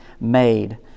made